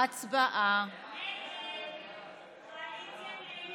הוועדה המוסמכת לדון בהצעת החוק הזאת